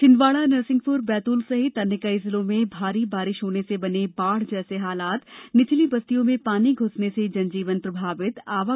छिंदवाड़ा नरसिंहपुर बैतूल सहित अन्य कई जिलों में भारी बारिश होने से बने बाढ़ जैसे हालात निचली बस्तियों में पानी घुसने से जन जीवन प्रभावित आवागमन हुआ बाधित